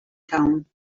town